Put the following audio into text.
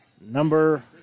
number